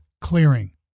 clearing